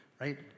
right